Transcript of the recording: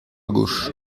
gauche